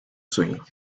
swing